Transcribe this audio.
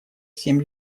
семь